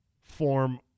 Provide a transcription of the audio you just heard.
form